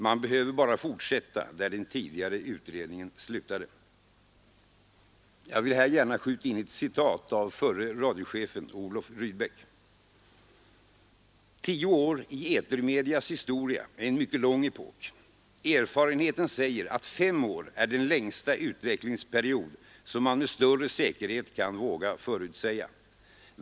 Man behöver bara fortsätta där den tidigare utredningen slutade. Jag vill här gärna skjuta in ett citat av förre radiochefen Olof Rydbeck: ”Tio år i etermedias historia är en mycket lång epok. Erfarenheten säger att fem år är den längsta utvecklingsperiod som man med större säkerhet kan våga förutsäga.